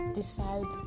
decide